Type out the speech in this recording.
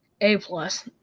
A-plus